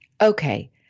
Okay